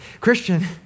Christian